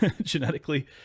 genetically